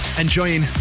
enjoying